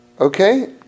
Okay